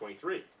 23